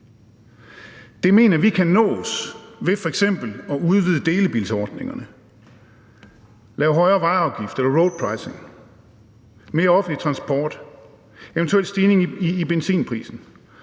Det mener vi kan nås ved f.eks. at udvide delebilsordningerne, at lave højere vejafgifter eller roadpricing, ved mere offentlig transport, eventuelt ved en stigning i benzinprisen.